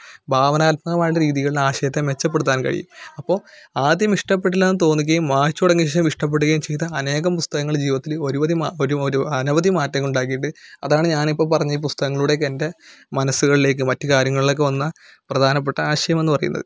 ഭാവനാത്മകമായിട്ടുള്ള രീതികൾ ആശയത്തെ മെച്ചപ്പെടുത്താൻ കഴിയും അപ്പോൾ ആദ്യം ഇഷ്ടപ്പെടില്ല എന്ന് തോന്നുകയും വായിച്ചു തുടങ്ങിയ ശേഷം ഇഷ്ടപ്പെടുകയും ചെയ്ത അനേകം പുസ്തകങ്ങള് ജീവിതത്തില് ഒരുവധി മാ ഒരു ഒരു അനവധി മാറ്റങ്ങളുണ്ടാക്കിയിട്ടുണ്ട് അതാണ് ഞാനിപ്പോൾ പറഞ്ഞ ഇ പുസ്തകങ്ങളുടെയൊക്കെ എൻ്റെ മനസ്സുകളിലേക്കും മറ്റ് കാര്യങ്ങളിലേക്ക് വന്ന പ്രധാനപ്പെട്ട ആശയം എന്ന് പറയുന്നത്